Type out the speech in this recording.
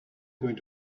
going